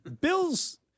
Bill's